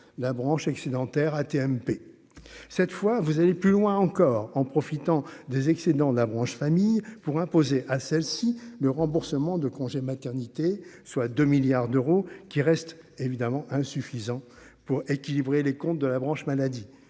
la branche excédentaire AT-MP cette fois vous aller plus loin encore en profitant des excédents de la branche famille pour imposer à celle-ci, le remboursement de congé maternité, soit 2 milliards d'euros qui restent évidemment insuffisant pour équilibrer les comptes de la branche maladie,